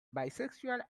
bisexual